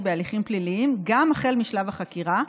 בהליכים פליליים גם החל משלב החקירה,